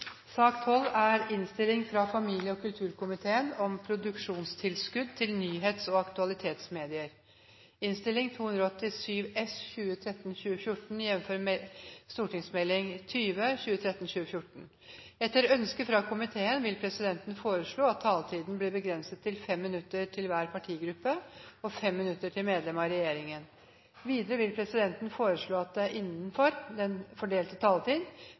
sak nr. 14. Etter ønske fra næringskomiteen vil presidenten foreslå at taletiden blir begrenset til 5 minutter til hver partigruppe og 5 minutter til medlem av regjeringen. Videre vil presidenten foreslå at det blir gitt anledning til seks replikker med svar etter innlegg fra medlemmer av regjeringen innenfor den fordelte taletid,